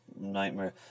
nightmare